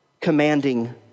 commanding